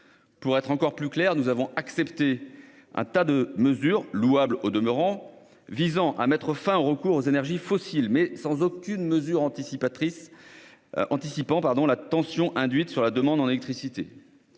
Pour être encore plus clair, nous avons accepté quantité de mesures, louables au demeurant, visant à mettre fin au recours aux énergies fossiles, mais sans aucune mesure anticipant la tension que cela induirait sur la demande en électricité.